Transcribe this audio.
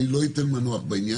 אני לא אתן מנוח בעניין הזה.